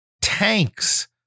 tanks